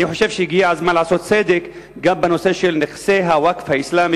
אני חושב שהגיע הזמן לעשות צדק גם בנושא של נכסי הווקף האסלאמי,